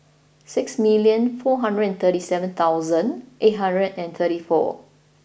six million four hundred and thirty seven thousand eight hundred and thirty four